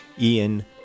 Ian